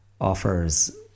offers